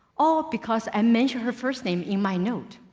all because i mentioned her first name in my note.